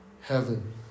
heaven